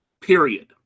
Period